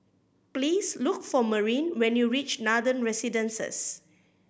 please look for Marin when you reach Nathan Residences